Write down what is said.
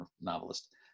novelist